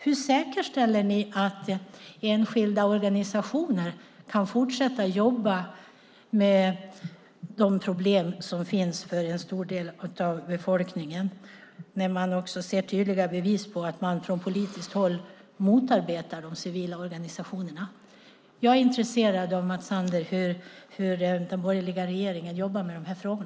Hur säkerställer ni att enskilda organisationer kan fortsätta jobba med de problem som finns för en stor del av befolkningen? Man ser i dag tydliga bevis på att man från politiskt håll i Nicaragua motarbetar de civila organisationerna. Jag är intresserad, Mats Sander, av att höra hur den borgerliga regeringen jobbar med dessa frågor.